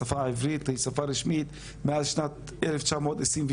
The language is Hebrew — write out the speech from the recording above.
השפה העברית היא שפה רשמית מאז שנת 1922,